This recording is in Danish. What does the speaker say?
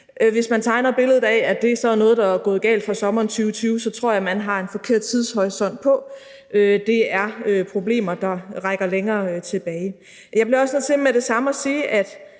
hvis man tegner billedet af, at det så er noget, der er gået galt for sommeren 2020, så tror jeg, at man har en forkert tidshorisont for det. Det drejer sig om problemer, der rækker længere tilbage. Jeg bliver også nødt til med det samme at sige, at